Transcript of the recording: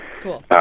Cool